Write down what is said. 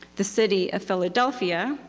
the city of philadelphia,